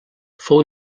fou